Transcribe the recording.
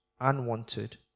unwanted